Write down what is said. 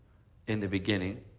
in the beginning,